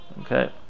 Okay